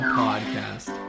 podcast